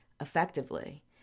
effectively